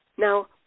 Now